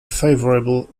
favourable